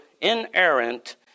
inerrant